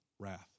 wrath